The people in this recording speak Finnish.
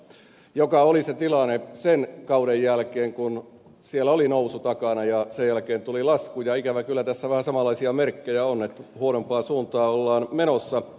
se oli se tilanne sen kauden jälkeen kun siellä oli nousu takana ja sen jälkeen tuli lasku ja ikävä kyllä tässä vähän samanlaisia merkkejä on että huonompaan suuntaan ollaan menossa